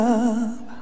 up